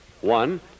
One